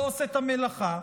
לא עושה את המלאכה,